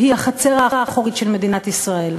שהיא החצר האחורית של מדינת ישראל,